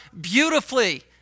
beautifully